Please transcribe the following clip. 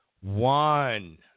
One